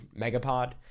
megapod